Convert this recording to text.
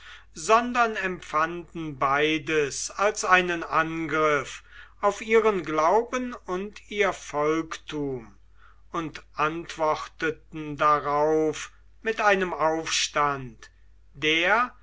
sondern empfanden beides als einen angriff auf ihren glauben und ihr volktum und antworteten darauf mit einem aufstand der